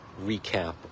recap